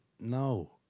No